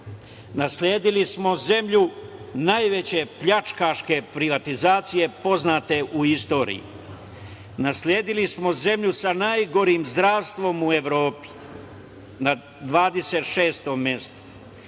Nasledili smo zemlju najveće pljačkaške privatizacije poznate u istoriji. Nasledili smo zemlju sa najgorim zdravstvom u Evropi, na 26. mestu,